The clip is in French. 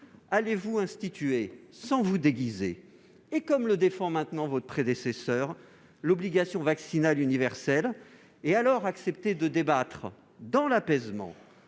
Allez-vous instituer, sans vous déguiser et comme le défend maintenant votre prédécesseur, l'obligation vaccinale universelle et alors accepter de débattre, dans l'apaisement,